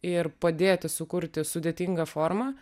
ir padėti sukurti sudėtingą formą